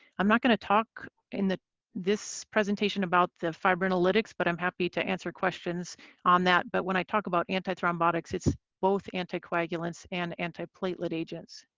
i'm not going to talk in this presentation about the fibrinolytics but i'm happy to answer questions on that. but when i talk about anti-thrombotic, it's both anticoagulants and antiplatelet agents.